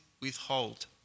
withhold